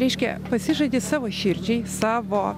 reiškia pasižadi savo širdžiai savo